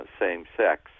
same-sex